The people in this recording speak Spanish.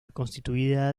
constituida